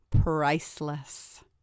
priceless